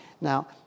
Now